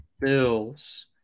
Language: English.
Bills